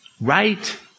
Right